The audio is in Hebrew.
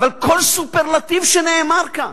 אבל כל סופרלטיב שנאמר כאן